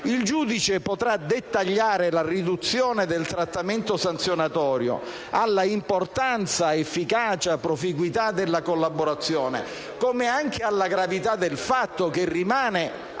il giudice potrà dettagliare la riduzione del trattamento sanzionatorio all'importanza, all'efficacia ed alla proficuità della collaborazione, come anche alla gravità del fatto, che rimane, a